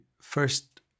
first